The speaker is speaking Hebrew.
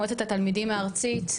מועצת התלמידים הארצית.